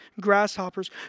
grasshoppers